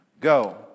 Go